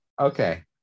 okay